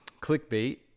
clickbait